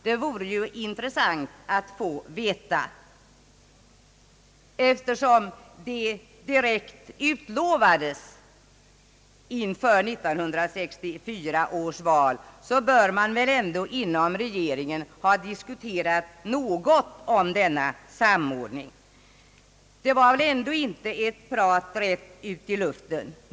Det vore intressant att få veta. Eftersom det direkt utlovades inför 1964 års val, bör väl regeringen ha diskuterat något om denna samordning. Det var väl ändå inte ett prat rätt ut i luften.